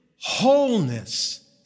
wholeness